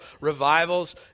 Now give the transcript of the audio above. revivals